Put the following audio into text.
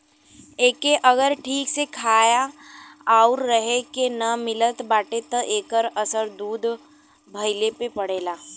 एके अगर ठीक से खाए आउर रहे के ना मिलत बाटे त एकर असर दूध भइले पे पड़ेला